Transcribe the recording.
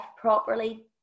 properly